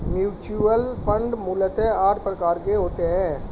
mutual fund मूलतः आठ प्रकार के होते हैं